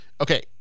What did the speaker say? Okay